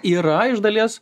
yra iš dalies